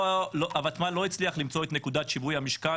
הוותמ"ל לא הצליחה למצוא את נקודת שיווי המשקל